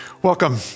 Welcome